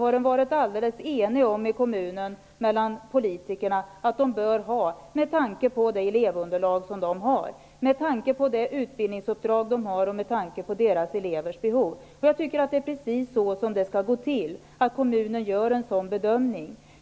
Politikerna i kommunen har varit eniga om att det bör vara så, med tanke på det elevunderlag och det ubildningsuppdrag som skolan har och med tanke på elevernas behov. Det är precis så det skall gå till. Kommunen skall göra en sådan bedömning.